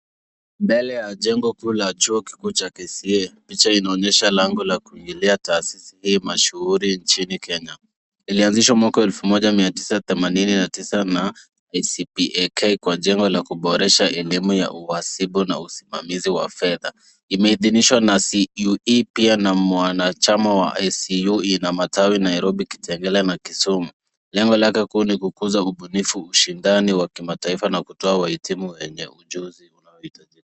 Mbele ya jengo kuu la chuo kikuu cha KCA. Picha inaonyesha lango la kuingilia taasisi hii mashuhuri nchini Kenya. Ilianzishwa mwaka wa elfu moja mia tisa themanini na tisa na ACPAK kwa lengo la kuboresha elimu wa uhasinibu na usimamizi wa fedha. Imeidhinishwa na CUE pia na wanachama wa ACU. Ina matawi Nairobi, Kitengela na Kisumu. Lengo lake kuu ni kukuza ubunifu, ushindani wa kimataifa na kutoa wahitimu wenye ujuzi unaohitajika.